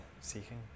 seeking